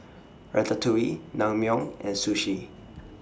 Ratatouille Naengmyeon and Sushi